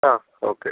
ആ ഓക്കെ